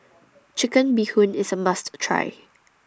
Chicken Bee Hoon IS A must Try